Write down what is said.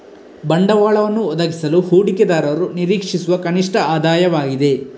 ಬಂಡವಾಳವನ್ನು ಒದಗಿಸಲು ಹೂಡಿಕೆದಾರರು ನಿರೀಕ್ಷಿಸುವ ಕನಿಷ್ಠ ಆದಾಯವಾಗಿದೆ